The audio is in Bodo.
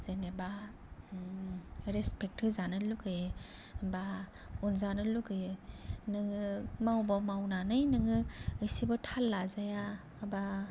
जेनेबा रेसपेक्ट होजानो लुगैयो बा अनजानो लुगैयो नोङो मावबा मावनानै नोङो एसेबो थाल लाजाया बा